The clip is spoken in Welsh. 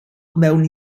mewn